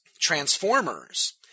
Transformers